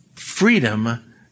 Freedom